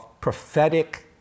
prophetic